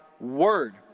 word